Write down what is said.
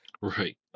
Right